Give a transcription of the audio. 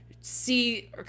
see